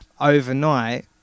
overnight